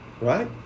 right